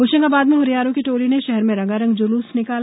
होशंगाबाद में हुरियारों की टोली ने शहर में रंगारंग जुलूस निकाला